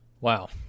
Wow